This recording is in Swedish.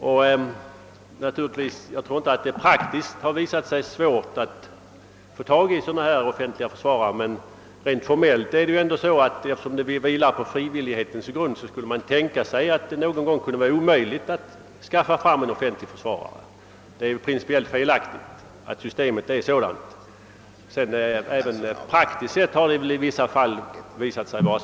Jag tror inte att det i stort sett i praktiken har visat sig svårt att få tag i offentliga försvarare, men rent formellt skulle man — eftersom systemet vilar på frivillighetens grund — kunna tänka sig att det någon gång kunde vara omöjligt att skaffa fram någon. Det är principiellt felaktigt att förhållandena är sådana. Det har alltså stundom visat sig svårt att få tag i offentlig försvarare.